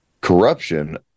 corruption